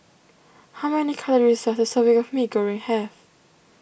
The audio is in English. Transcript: how many calories does a serving of Mee Goreng have